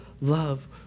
love